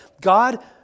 God